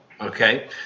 okay